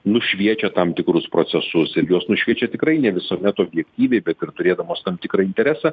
nušviečia tam tikrus procesus ir juos nušviečia tikrai ne visuomet objektyviai bet ir turėdamos tam tikrą interesą